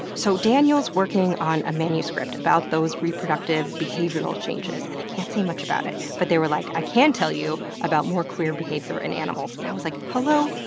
so, daniel's working on a manuscript about those reproductive behavioral changes and they can't say much about it, but they were like, i can tell you about more queer behavior in animals, and i was like, hello,